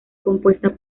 compuesta